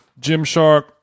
Gymshark